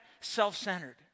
self-centered